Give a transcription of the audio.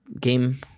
game